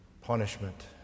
punishment